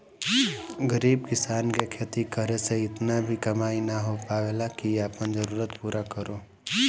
गरीब किसान के खेती करे से इतना भी कमाई ना हो पावेला की आपन जरूरत पूरा करो